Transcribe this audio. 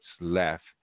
left